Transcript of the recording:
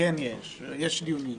יש דיונים,